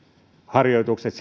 harjoitukset